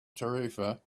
tarifa